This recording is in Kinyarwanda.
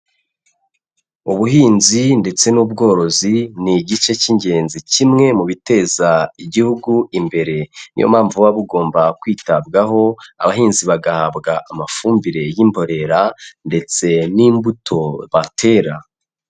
Ubuhinzi ndetse n'ubworozi ni igice cy'ingenzi kimwe mu biteza Igihugu imbere, n'iyo mpamvu buba bugomba kwitabwaho abahinzi bagahabwa amafumbire y'imborera ndetse n'imbuto batera.